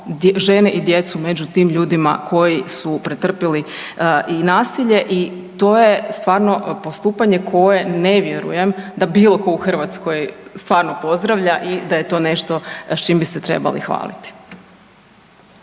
žene i djecu među tim ljudima koji su pretrpili i nasilje i to je stvarno postupanje koje ne vjerujem da bilo ko u Hrvatskoj stvarno pozdravlja i da je to nešto s čim bi se trebali hvaliti.